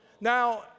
Now